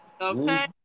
okay